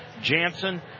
Jansen